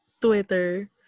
Twitter